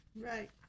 Right